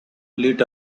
lit